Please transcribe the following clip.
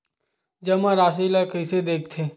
जमा राशि ला कइसे देखथे?